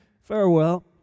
Farewell